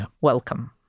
Welcome